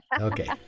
Okay